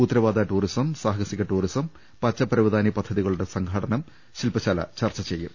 ഉത്തരവാ ദിത്വ ടൂറിസം സാഹസിക ടൂറിസം പച്ചപ്പരവതാനി പദ്ധതികളുടെ സംഘാ ടനം ശില്പശാലയിൽ ചർച്ച ചെയ്യും